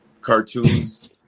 cartoons